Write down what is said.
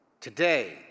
Today